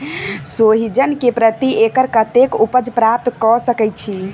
सोहिजन केँ प्रति एकड़ कतेक उपज प्राप्त कऽ सकै छी?